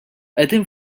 qegħdin